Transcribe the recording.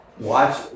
watch